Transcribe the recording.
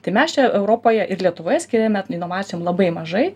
tai mes čia europoje ir lietuvoje skiriame inovacijom labai mažai